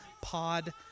Pod